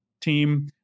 team